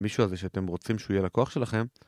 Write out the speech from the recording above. מישהו הזה שאתם רוצים שהוא יהיה לקוח שלכם